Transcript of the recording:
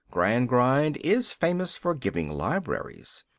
gradgrind is famous for giving libraries.